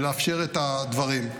ולאפשר את הדברים.